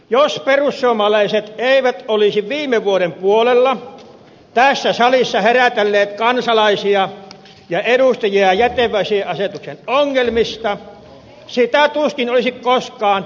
jos perussuomalaiset eivät olisi viime vuoden puolella tässä salissa herätelleet kansalaisia ja edustajia jätevesiasetuksen ongelmista sitä tuskin olisi koskaan yritettykään korjata